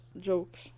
jokes